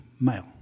male